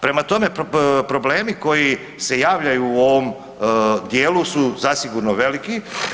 Prema tome, problemi koji se javljaju u ovom dijelu su zasigurno veliki.